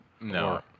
No